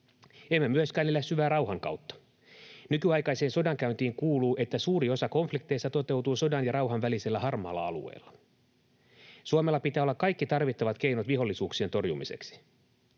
Emme myöskään elä syvää rauhan kautta. Nykyaikaiseen sodankäyntiin kuuluu, että suuri osa konflikteista toteutuu sodan ja rauhan välisellä harmaalla alueella. Suomella pitää olla kaikki tarvittavat keinot vihollisuuksien torjumiseksi.